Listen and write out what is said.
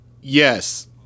Yes